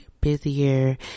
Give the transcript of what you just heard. busier